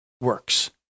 works